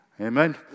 Amen